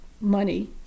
money